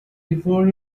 before